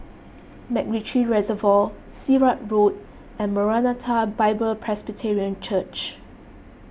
MacRitchie Reservoir Sirat Road and Maranatha Bible Presby Church